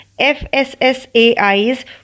fssai's